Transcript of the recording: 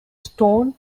stone